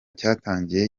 cyatangiye